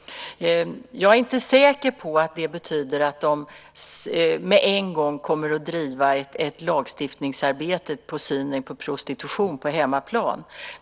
Jag är inte säker på att det betyder att de med en gång kommer att driva ett lagstiftningsarbete om synen på prostitution på hemmaplan.